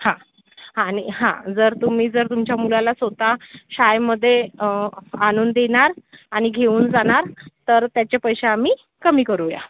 हा हा आणि हा जर तुम्ही जर तुमच्या मुलाला स्वतः शाळेमध्ये आणून देणार आणि घेऊन जाणार तर त्याचे पैसे आम्ही कमी करूया